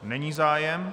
Není zájem.